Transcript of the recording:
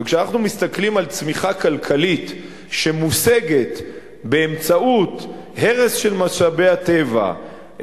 וכשאנחנו מסתכלים על צמיחה כלכלית שמושגת באמצעות הרס של משאבי הטבע,